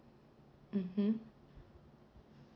mmhmm